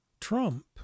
Trump